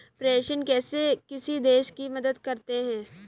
प्रेषण कैसे किसी देश की मदद करते हैं?